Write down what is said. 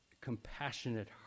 compassionate